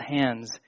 hands